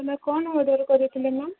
ତୁମେ କ'ଣ ଅର୍ଡ଼ର୍ କରିଥିଲେ ମ୍ୟାମ୍